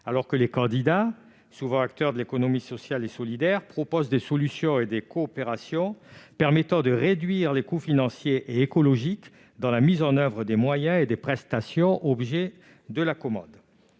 alors que les candidats, souvent acteurs de l'économie sociale et solidaire, proposent des solutions et coopérations permettant de réduire les coûts financiers et écologiques dans la mise en oeuvre des moyens et prestations objets de la commande.